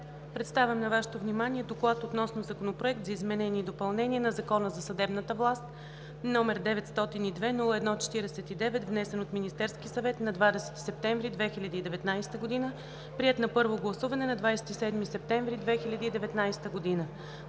Представям на Вашето внимание „Доклад относно Законопроект за изменение и допълнение на Закона за съдебната власт, № 902-01-49, внесен от Министерския съвет на 20 септември 2019 г. Приет е на първо гласуване на 27 септември 2019 г.